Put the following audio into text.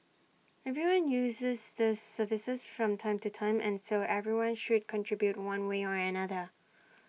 everyone uses these services from time to time and so everyone should contribute one way or another